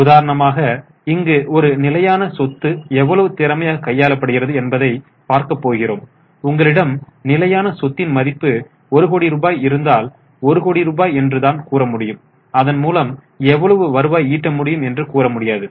உதாரணமாக இங்கு ஒரு நிலையான சொத்து எவ்வளவு திறமையாக கையாளப்படுகிறது என்பதை பார்க்க இருக்கிறோம் உங்களிடம் நிலையான சொத்தின் மதிப்பு 1 கோடி ரூபாய் இருந்தால் 1 கோடி ரூபாய் என்று தான் கூற முடியும் அதன் மூலம் எவ்வளவு வருவாய் ஈட்ட முடியும் என்று கூற முடியாது